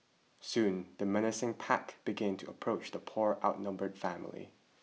soon the menacing pack began to approach the poor outnumbered family